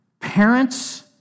parents